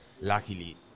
luckily